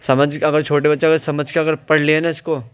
سمجھ اگر چھوٹے بچوں کو سمجھ کر اگر پڑھ لیے نہ اس کو